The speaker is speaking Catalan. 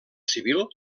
civil